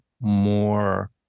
more